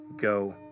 Go